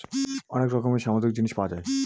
অনেক রকমের সামুদ্রিক জিনিস পাওয়া যায়